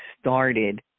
started